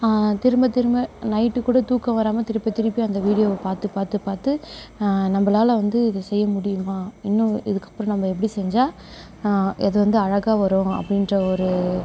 திரும்ப திரும்ப நைட்டு கூட தூக்கம் வராமல் திருப்பி திருப்பி அந்த வீடியோவை பார்த்து பார்த்து பார்த்து நம்மளால வந்து இதை செய்ய முடியுமா இன்னும் இதுக்கப்றம் நம்ம எப்படி செஞ்சால் அதுவந்து அழகாக வரும் அப்படீன்ற ஒரு